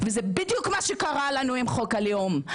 וזה בדיוק מה שקרה לנו עם חוק הלאום.